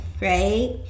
right